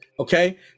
Okay